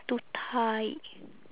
too tight